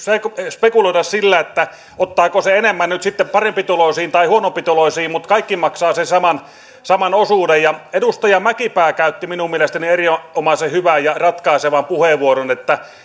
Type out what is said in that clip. spekuloida sillä ottaako se enemmän nyt sitten parempituloisiin vai huonompituloisiin mutta kaikki maksavat sen saman saman osuuden edustaja mäkipää käytti minun mielestäni erinomaisen hyvän ja ratkaisevan puheenvuoron että